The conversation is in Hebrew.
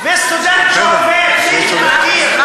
וסטודנט שעובד, מי שמכיר,